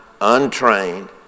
untrained